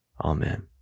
Amen